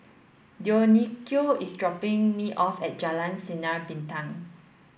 Dionicio is dropping me off at Jalan Sinar Bintang